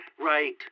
Right